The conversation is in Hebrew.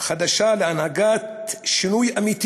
חדשה להנהגת שינוי אמיתי